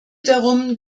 darum